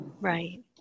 Right